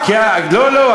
לא, לא.